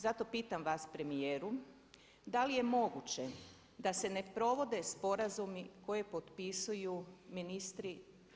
Zato pitam vas premijeru, da li je moguće da se ne provode sporazumi koje potpisuju ministri Vlade RH?